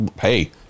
hey